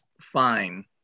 fine